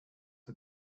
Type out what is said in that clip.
the